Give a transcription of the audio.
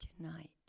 tonight